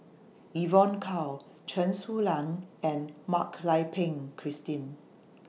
Evon Kow Chen Su Lan and Mak Lai Peng Christine